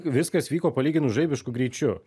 viskas vyko palyginus žaibišku greičiu